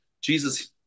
Jesus